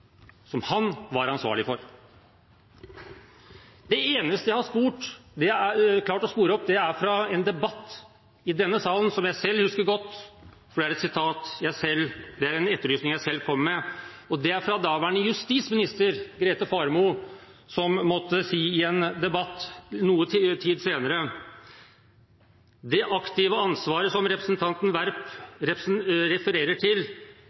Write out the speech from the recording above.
Det eneste jeg har klart å spore opp, er fra en debatt i denne salen, som jeg selv husker godt, for det var en etterlysning jeg selv kom med, og det er fra daværende justisminister Grete Faremo, som måtte si i en debatt noen tid senere: «Det aktive ansvaret som representanten Werp refererer til,